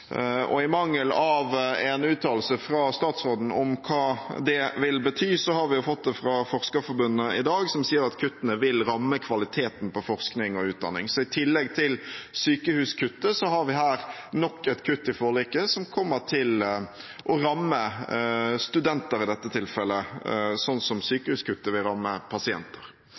høyskolesektoren. I mangel av en uttalelse fra statsråden om hva det vil bety, har vi fått det fra Forskerforbundet i dag, som sier at kuttene vil ramme kvaliteten på forskning og utdanning. Så i tillegg til sykehuskuttet har vi her nok et kutt i forliket som i dette tilfellet kommer til å ramme studenter, slik som sykehuskuttet vil ramme pasienter.